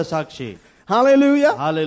Hallelujah